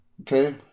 okay